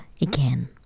again